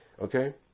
Okay